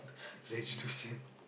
let's to sleep